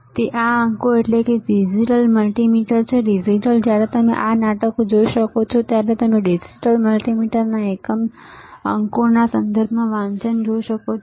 તેથી આ અંકો એટલે જ તે ડિજિટલ મલ્ટિમીટર છે ડિજિટલ જ્યારે તમે આ નાટક જોઈ શકો છો ત્યારે તમે ડિજિટલ મલ્ટિમીટરના અંકોના સંદર્ભમાં વાંચન જોઈ શકો છો